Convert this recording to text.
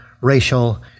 racial